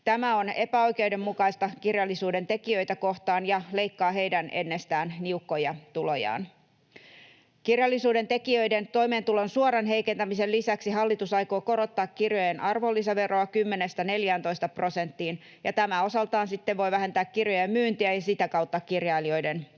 Tämä on epäoikeudenmukaista kirjallisuuden tekijöitä kohtaan ja leikkaa heidän ennestään niukkoja tulojaan. Kirjallisuuden tekijöiden toimeentulon suoran heikentämisen lisäksi hallitus aikoo korottaa kirjojen arvonlisäveroa 10:stä 14 prosenttiin, ja tämä osaltaan sitten voi vähentää kirjojen myyntiä ja sitä kautta kirjailijoiden tuloja.